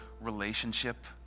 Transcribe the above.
relationship